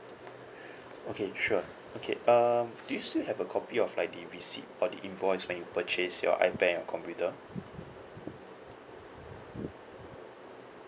okay sure okay uh do you still have a copy of like the receipt or the invoice when you purchased your ipad and your computer